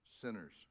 sinners